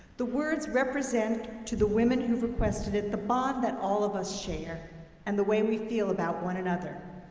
the words represent to the women who've requested it the bond that all of us share and the way we feel about one another.